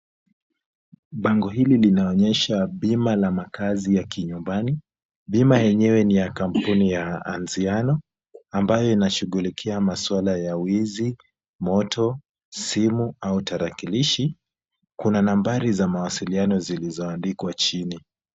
Bango hili linaonyesha bima la makazi ya kinyumbani. Bima yenyewe ni ya kampuni ya Anziano ambayo inashughulikia masuala ya wizi, moto, simu au tarakilishi. Kuna nambari za mawasiliano zilizoandikwa chini.